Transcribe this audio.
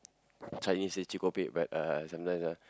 Chinese say chee ko pek but uh sometimes ah